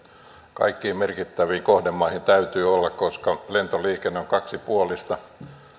kaikkiin merkittäviin kohdemaihin täytyy olla koska lentoliikenne on kaksipuolista